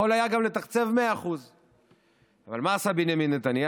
יכול היה גם לתקצב 100%. אבל מה עשה בנימין נתניהו?